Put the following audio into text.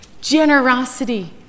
generosity